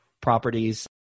properties